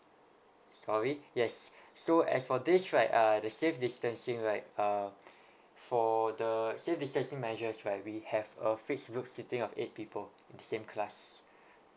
sorry yes so as for this right uh the safe distancing right uh for the safe distancing measures right we have a fixed group seating of eight people in the same class